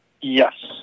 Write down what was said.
Yes